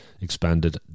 expanded